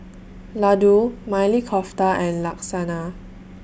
Ladoo Maili Kofta and Lasagna